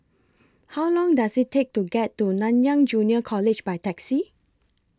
How Long Does IT Take to get to Nanyang Junior College By Taxi